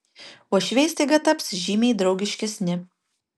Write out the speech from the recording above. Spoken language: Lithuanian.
uošviai staiga taps žymiai draugiškesni